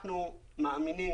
אנחנו מאמינים,